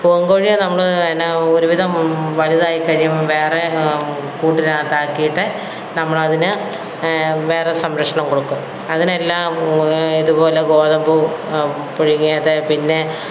പൂവൻ കോഴിയെ നമ്മള് എന്നാ ഒരുവിധം വലുതായി കഴിയുമ്പോള് വേറെ കൂട്ടിനകത്താക്കിയിട്ട് നമ്മളതിന് വേറെ സംരക്ഷണം കൊടുക്കും അതിനെല്ലാം ഇതുപോലെ ഗോതമ്പു പുഴുങ്ങിയത് പിന്നെ